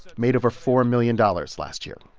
made over four million dollars last year.